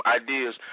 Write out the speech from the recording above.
ideas